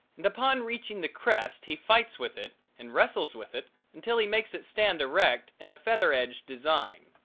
and upon reaching the crest he fights with it and wrestles with it until he makes it stand erect in a feather-edged design.